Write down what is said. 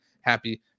happy